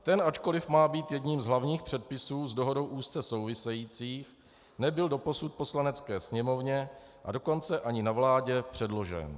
Ten, ačkoliv má být jedním z hlavních předpisů s dohodou úzce souvisejících, nebyl doposud Poslanecké sněmovně, a dokonce ani vládě předložen.